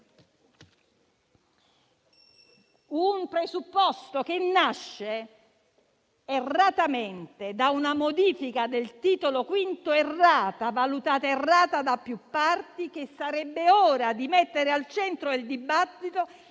un presupposto che nasce da una modifica del Titolo V valutata errata da più parti, che sarebbe ora di mettere al centro del dibattito